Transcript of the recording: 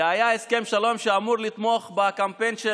זה היה הסכם שלום שאמור לתמוך בקמפיין של